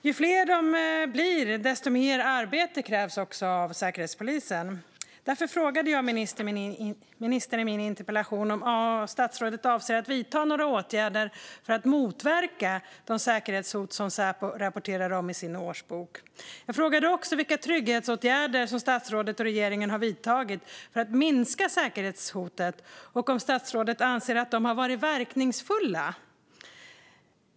Ju fler säkerhetshoten blir, desto mer arbete krävs av Säkerhetspolisen. Därför frågade jag i min interpellation om statsrådet avser att vidta några åtgärder för att motverka de säkerhetshot som Säpo rapporterar om i sin årsbok. Jag frågade också vilka trygghetsåtgärder statsrådet och regeringen har vidtagit för att minska säkerhetshoten och om statsrådet anser att de har varit verkningsfulla.